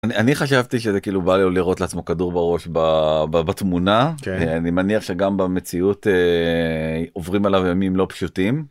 אני חשבתי שזה כאילו בא לו לירות לעצמו כדור בראש בתמונה, אני מניח שגם במציאות עוברים עליו ימים לא פשוטים.